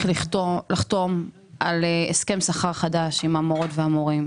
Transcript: לחתום על הסכם שכר חדש עם המורות והמורים.